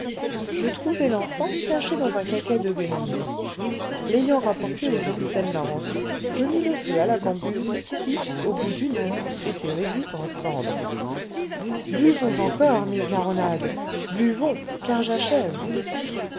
je trouvai l'enfant caché dans un caquet de guenilles l'ayant rapportée au capitaine larençon je mis le feu à la cambuse qui au bout d'une heure était réduite en cendres buvons encore mille caronades buvons car j'achève